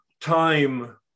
time